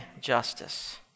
justice